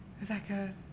Rebecca